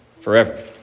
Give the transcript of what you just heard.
forever